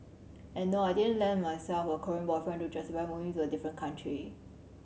and nor I didn't land myself a Korean boyfriend to justify moving to a different country